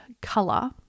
color